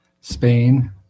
Spain